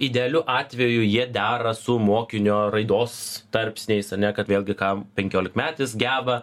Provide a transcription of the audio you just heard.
idealiu atveju jie dera su mokinio raidos tarpsniais ane kad vėlgi ką penkiolikmetis geba